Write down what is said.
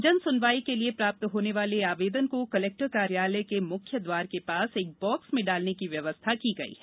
जन सुनवाई के लिये प्राप्त होने वाले आवेदन को कलेक्टर कार्यालय में मुख्य द्वार के पास एक बाक्स में डालने की व्यवस्था की गई है